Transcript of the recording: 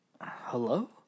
Hello